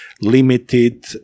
limited